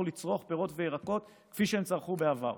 לצרוך פירות וירקות כפי שהם צרכו בעבר.